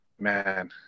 man